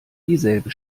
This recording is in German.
dieselbe